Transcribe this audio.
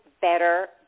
better